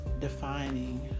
defining